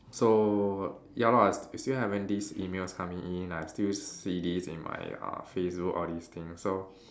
so ya lor I still still having these emails coming in I have still see this in my uh Facebook all these thing so